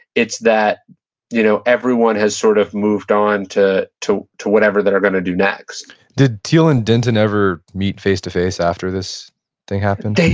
it's that you know everyone has sort of moved on to to whatever they're going to do next did thiel and denton ever meet face to face after this thing happened?